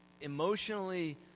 emotionally